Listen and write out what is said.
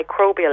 microbial